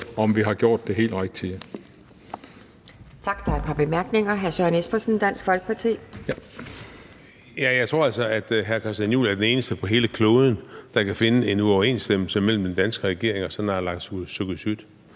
om vi har gjort det helt rigtige.